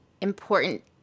important